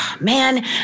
man